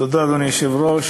תודה, אדוני היושב-ראש,